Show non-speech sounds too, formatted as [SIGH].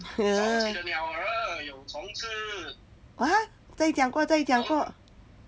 [NOISE] wa~ 在讲过在讲过